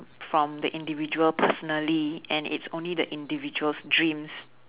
from the individual personally and it's only the individual's dreams